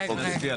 לא,